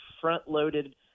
front-loaded